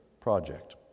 project